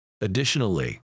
Additionally